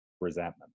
resentment